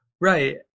Right